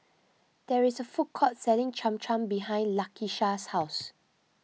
there is a food court selling Cham Cham behind Lakisha's house